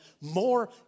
more